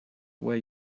where